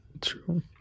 True